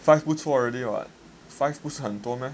five 不错 already [what] five 不是很多 meh